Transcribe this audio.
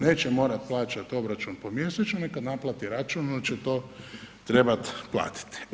Neće morati plaćati obračun po mjesečno, neka naplati račun onda će to trebat platiti.